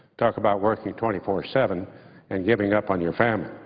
talk about working twenty four seven and giving up on your family.